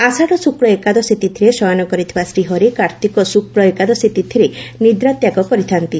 ଆଷାଢ ଶୁକ୍ଳ ଏକାଦଶୀ ତିଥିରେ ଶୟନ କରିଥିବା ଶ୍ରୀହରି କାର୍ଭିକ ଶୁକ୍ଲ ଏକାଦଶୀ ତିଥିରେ ନିଦ୍ରା ତ୍ୟାଗ କରିଥାନ୍ତି